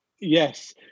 Yes